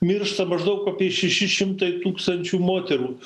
miršta maždaug apie šeši šimtai tūkstančių moterų